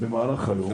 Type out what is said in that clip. במהלך היום,